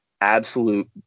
absolute